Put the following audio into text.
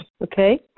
okay